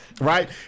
right